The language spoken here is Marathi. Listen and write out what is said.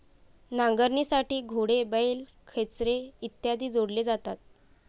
नांगरणीसाठी घोडे, बैल, खेचरे इत्यादी जोडले जातात